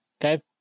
Okay